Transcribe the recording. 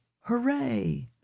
Hooray